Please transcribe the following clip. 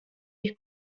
ich